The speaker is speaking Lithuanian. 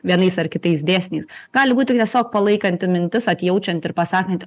vienais ar kitais dėsniais gali būti tiesiog palaikanti mintis atjaučianti ir pasakanti